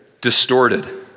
distorted